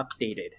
updated